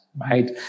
right